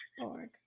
org